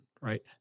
right